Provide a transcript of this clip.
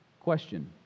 Question